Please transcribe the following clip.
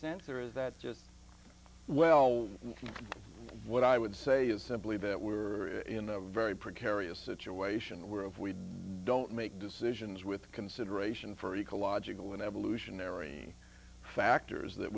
sense or is that just well what i would say is simply that we were in a very precarious situation where if we don't make decisions with consideration for ecological and evolutionary factors that